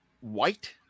white